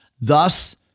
thus